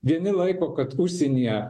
vieni laiko kad užsienyje